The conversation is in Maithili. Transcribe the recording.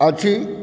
अछि